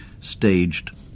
staged